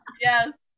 Yes